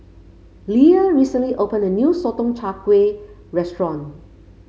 Leah recently opened a new Sotong Char Kway restaurant